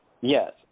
Yes